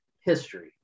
history